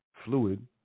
fluid